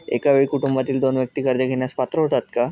एका वेळी कुटुंबातील दोन व्यक्ती कर्ज घेण्यास पात्र होतात का?